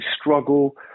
struggle